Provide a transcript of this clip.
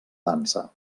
dansa